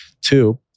Two